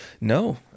No